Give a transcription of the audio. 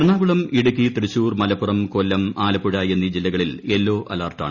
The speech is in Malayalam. എറണാകുളം ഇടുക്കി തൃശൂർ മലപ്പുറം കൊല്ലം ആലപ്പുഴ എന്നീ ജില്ലകളിൽ യെല്ലോ അലർട്ടാണ്